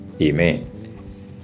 Amen